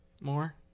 more